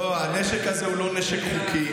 לא, הנשק הזה הוא לא נשק חוקי.